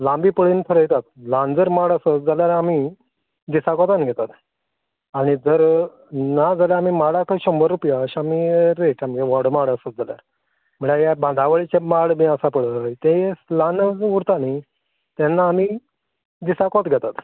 लांबी पळयन थरयतात लांब जर माड आसत जाल्यार आमी दिसा कोंतान घेतात आनी जर नाजाल्या आमी माडाक शंबर रुपया अशें आमी रेट आमगे व्हड माड आसत जाल्यार म्हळ्ळ्या ये आ बांदावळीचे माड बीन आसा पळय ते ल्हान ल्हान उरता न्ही तेन्ना आमी दिसा कोंत घेतात